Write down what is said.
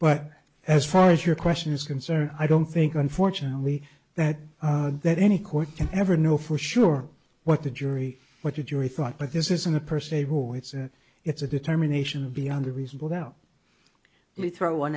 but as far as your question is concerned i don't think unfortunately that there are any court can ever know for sure what the jury what did your thought but this isn't a person able it's a it's a determination of beyond a reasonable doubt we throw on